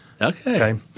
Okay